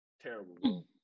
terrible